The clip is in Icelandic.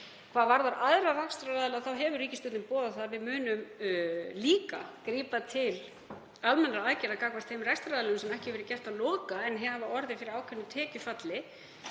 Hvað varðar aðra rekstraraðila hefur ríkisstjórnin boðað að við munum líka grípa til almennra aðgerða gagnvart þeim rekstraraðilum sem ekki hefur verið gert að loka en hafa orðið fyrir ákveðnu tekjufalli.